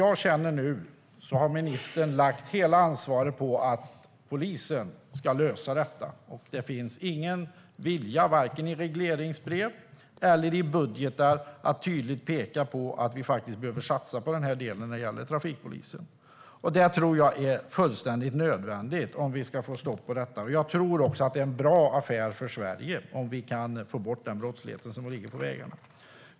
Jag känner att ministern har lagt hela ansvaret på polisen som ska lösa detta. Det finns ingen vilja, vare sig i regleringsbrev eller i budgetar, att tydligt peka på att vi faktiskt behöver satsa på detta, vilket jag tror är fullständigt nödvändigt om vi ska få stopp på detta. Jag tror också att det är en bra affär för Sverige om vi kan få bort brottsligheten på vägarna.